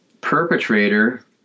perpetrator